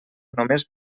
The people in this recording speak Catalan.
només